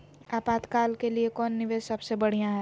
आपातकाल के लिए कौन निवेस सबसे बढ़िया है?